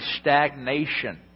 stagnation